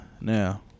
now